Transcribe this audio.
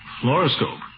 Fluoroscope